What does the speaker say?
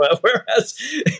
whereas